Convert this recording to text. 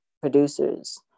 producers